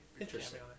Interesting